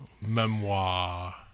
Memoir